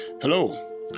Hello